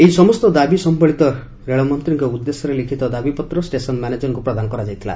ଏହି ସମସ୍ତ ଦାବି ସମ୍ୟଳିତ ରେଳମନ୍ତୀଙ୍କ ଉଦ୍ଦେଲ୍ୟରେ ଲିଖିତ ଦାବିପତ୍ର ଷେସନ୍ ମ୍ୟାନେଜରଙ୍କୁ ପ୍ରଦାନ କରାଯାଇଥିଲା